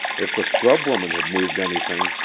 if the scrub woman had moved anything